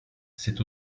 c’est